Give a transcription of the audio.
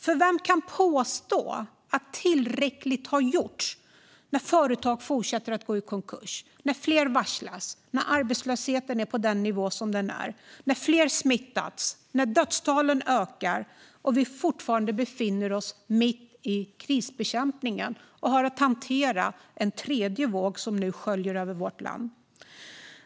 För vem kan påstå att tillräckligt har gjorts när företag fortsätter att gå i konkurs, när fler varslas, när arbetslösheten är på den nivå som den är, när fler smittas, när dödstalen ökar och när vi fortfarande befinner oss mitt i krisbekämpningen och har att hantera en tredje våg som nu sköljer över vårt land?